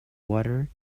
water